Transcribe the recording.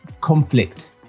conflict